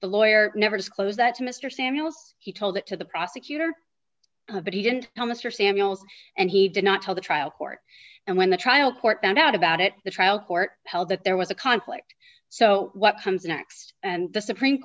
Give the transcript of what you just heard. the lawyer never disclose that to mr samuels he told it to the prosecutor but he didn't tell mr samuels and he did not tell the trial court and when the trial court found out about it the trial court held that there was a conflict so what comes next and the supreme